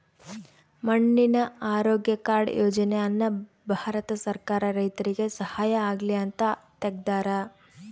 ಮಣ್ಣಿನ ಆರೋಗ್ಯ ಕಾರ್ಡ್ ಯೋಜನೆ ಅನ್ನ ಭಾರತ ಸರ್ಕಾರ ರೈತರಿಗೆ ಸಹಾಯ ಆಗ್ಲಿ ಅಂತ ತೆಗ್ದಾರ